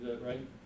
right